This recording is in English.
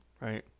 Right